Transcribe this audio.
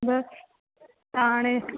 बस त हाणे